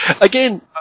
Again